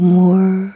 more